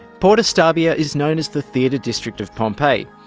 porta stabia is known as the theatre district of pompeii.